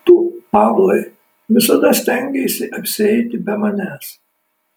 tu pavlai visada stengeisi apsieiti be manęs